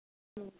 ம்